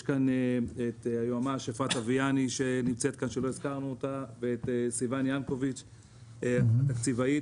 יש כאן את היועמ"שית אפרת אביאני ואת סיון ינקוביץ' התקציבאית,